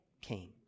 came